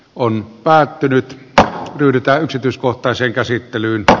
oli päättynyt että yritä yksityiskohtaisen käsittelyltä